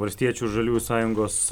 valstiečių žaliųjų sąjungos